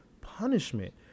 punishment